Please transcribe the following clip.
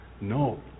No